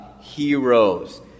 heroes